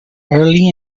early